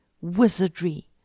Wizardry